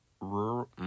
Rural